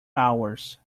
hours